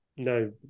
no